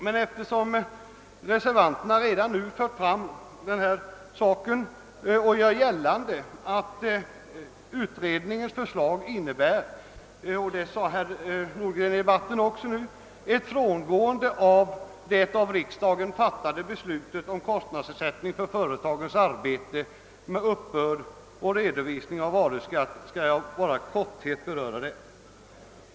Men eftersom reservanterna redan nu tagit upp denna fråga och gör gällande att utredningens förslag innebär — det sade också herr Nordgren i debatten — ett frångående av det av riksdagen fattade beslutet om kostnadsersättning för företagens arbete med uppbörd och redovisning av varuskatt skall jag kortfattat beröra saken.